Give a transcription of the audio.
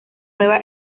nueva